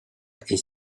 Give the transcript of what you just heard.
est